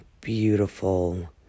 beautiful